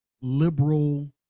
liberal